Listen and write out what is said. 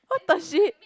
what the shit